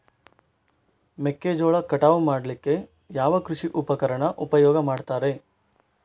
ಮೆಕ್ಕೆಜೋಳ ಕಟಾವು ಮಾಡ್ಲಿಕ್ಕೆ ಯಾವ ಕೃಷಿ ಉಪಕರಣ ಉಪಯೋಗ ಮಾಡ್ತಾರೆ?